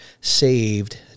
saved